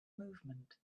movement